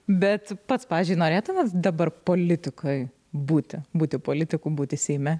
bet pats pavyzdžiui norėtumėt dabar politikoj būti būti politiku būti seime